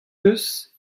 deus